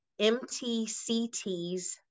MTCT's